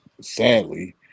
sadly